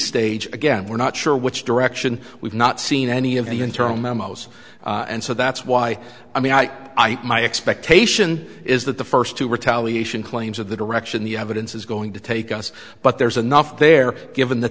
stage again we're not sure which direction we've not seen any of the internal memos and so that's why i mean i my expectation is that the first two retaliation claims of the direction the evidence is going to take us but there's enough there given the